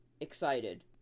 excited